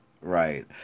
right